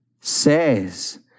says